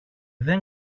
δεν